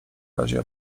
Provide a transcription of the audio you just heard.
razie